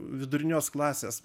vidurinios klasės